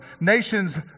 Nations